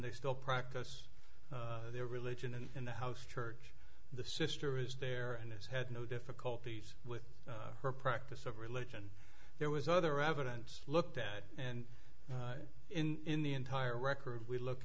they still practice their religion and in the house church the sister is there and has had no difficulties with her practice of religion there was other evidence looked at and in the entire record we look